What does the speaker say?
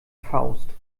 faust